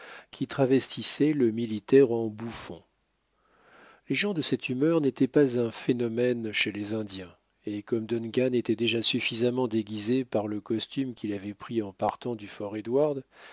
qui travestissaient le militaire en bouffon les gens de cette humeur n'étaient pas un phénomène chez les indiens et comme duncan était déjà suffisamment déguisé par le costume qu'il avait pris en partant du